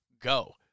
go